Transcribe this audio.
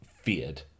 feared